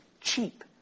cheap